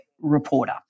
reporter